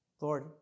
Lord